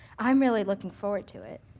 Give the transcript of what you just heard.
i'm really looking forward to it.